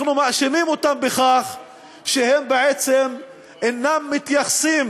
אנחנו מאשימים אותם בכך שהם בעצם אינם מתייחסים